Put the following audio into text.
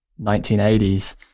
1980s